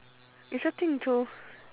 it's a thing jo